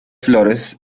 flores